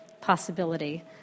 possibility